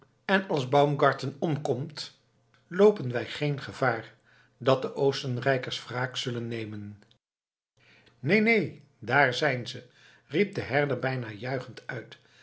en als baumgarten omkomt loopen wij geen gevaar dat de oostenrijkers wraak zullen nemen neen neen daar zijn ze riep de herder bijna juichend uit